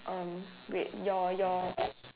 um wait your your